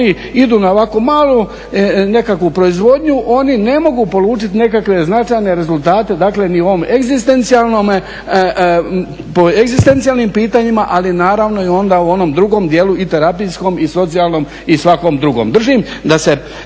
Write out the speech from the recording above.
ako oni idu na ovako malu nekakvu proizvodnju oni ne mogu polučiti nekakve značajne rezultate dakle ni u ovome egzistencijalnome, po egzistencijalnim pitanjima ali naravno i onda u onom drugom dijelu i terapijskom i socijalnom i svakom drugom. Držim da se